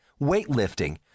weightlifting